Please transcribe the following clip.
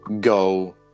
go